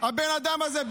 הבן אדם הזה,